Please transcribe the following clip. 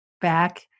back